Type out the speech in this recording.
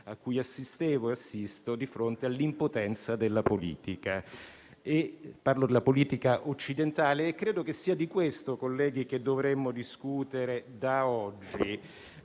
cui assistevo e assisto di fronte all'impotenza della politica occidentale. Penso che sia di questo, colleghi, che dovremmo discutere da oggi.